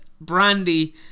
Brandy